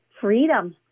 freedom